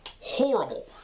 horrible